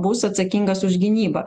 bus atsakingas už gynybą